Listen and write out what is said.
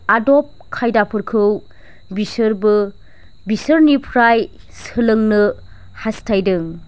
आदब खायदाफोरखौ बिसोरबो बिसोरनिफ्राय सोलोंनो हास्थायदों